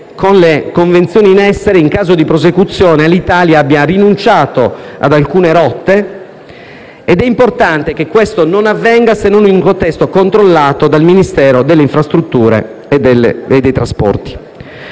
con le convenzioni in essere, in caso di prosecuzione Alitalia abbia rinunciato ad alcune rotte, ed è importante che questo non avvenga se non in un contesto controllato dal Ministero delle infrastrutture e dei trasporti.